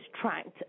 tracked